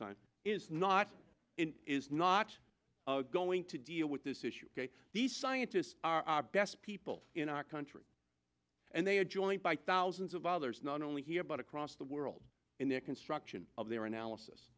time is not is not going to deal with this issue these scientists are our best people in our country and they are joined by thousands of others not only here but across the world in their construction of their analysis